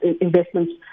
investments